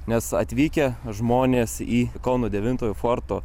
nes atvykę žmonės į kauno devintojo forto